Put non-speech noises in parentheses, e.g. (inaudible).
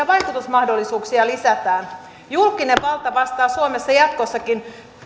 (unintelligible) vaikutusmahdollisuuksia lisätään julkinen valta vastaa suomessa jatkossakin